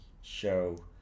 show